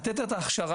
לתת את ההכשרה,